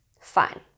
Fine